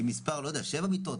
עם 7 מיטות,